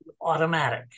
automatic